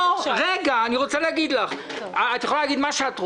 אני רוצה להגיד לך: את יכולה להגיד מה שאת רוצה.